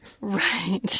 right